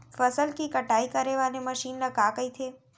फसल की कटाई करे वाले मशीन ल का कइथे?